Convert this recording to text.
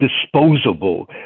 disposable